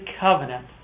covenant